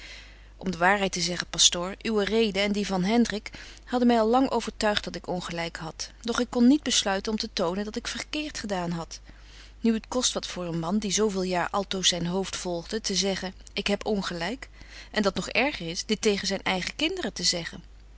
aagje deken historie van mejuffrouw sara burgerhart reden en die van hendrik hadden my al lang overtuigt dat ik ongelyk had doch ik kon niet besluiten om te tonen dat ik verkeert gedaan had nu het kost wat voor een man die zo veel jaar altoos zyn hoofd volgde te zeggen ik heb ongelyk en dat nog erger is dit tegen zyn eigen kinderen te zeggen